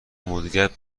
مدیریت